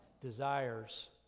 desires